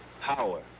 power